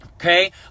okay